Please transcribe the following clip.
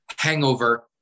Hangover